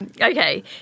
Okay